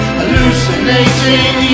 hallucinating